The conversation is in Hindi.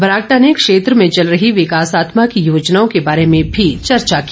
बरागटा ने क्षेत्र में चल रही विकासात्मक योजनाओं के बारे में भी चर्चा की